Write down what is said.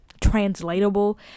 translatable